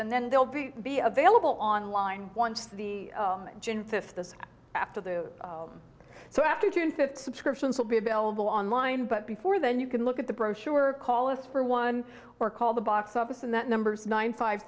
and then they'll be be available online once the june fifth this after the so after june fifth subscriptions will be available online but before then you can look at the brochure or call us for one or call the box office in that numbers nine five